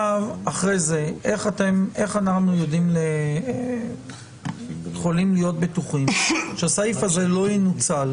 אחרי זה איך אנחנו יכולים להיות בטוחים שהסעיף הזה לא ינוצל